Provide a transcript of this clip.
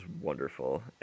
wonderful